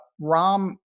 Rom